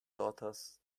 daughters